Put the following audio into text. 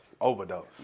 Overdose